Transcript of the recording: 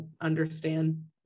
understand